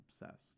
obsessed